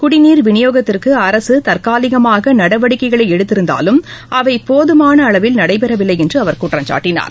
குடிநீர் விநியோகத்திற்கு அரசு தற்காலிகமாக நடவடிக்கைகளை எடுத்திருந்ததாலும் அவை போதுமான அளவில் நடைபெறவில்லை என்று குற்றம்சாட்டினார்